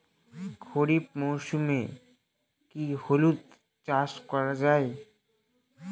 খরিফ মরশুমে কি হলুদ চাস করা য়ায়?